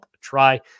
try